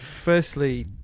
firstly